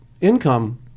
income